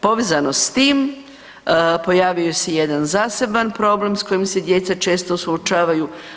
Povezano s tim pojavio se i jedan zaseban problem s kojim se djeca često suočavaju.